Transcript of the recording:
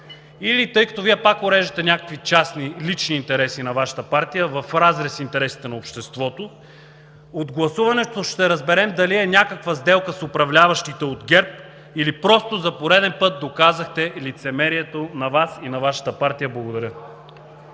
Тъй като Вие пак уреждате някакви частни, лични интереси на Вашата партия в разрез с интересите на обществото, от гласуването ще разберем дали е някаква сделка с управляващите от ГЕРБ, или просто за пореден път доказахте лицемерието на Вас и на Вашата партия. Благодаря.